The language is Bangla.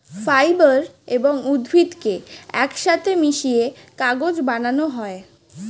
ফাইবার এবং উদ্ভিদকে একসাথে মিশিয়ে কাগজ বানানো হয়